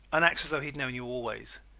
and acts, as though he had known you always.